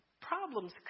problems